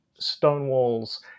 stonewalls